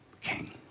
king